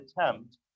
attempt